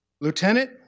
Lieutenant